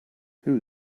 who